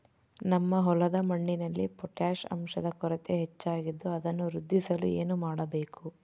ನಮ್ಮ ಹೊಲದ ಮಣ್ಣಿನಲ್ಲಿ ಪೊಟ್ಯಾಷ್ ಅಂಶದ ಕೊರತೆ ಹೆಚ್ಚಾಗಿದ್ದು ಅದನ್ನು ವೃದ್ಧಿಸಲು ಏನು ಮಾಡಬೇಕು?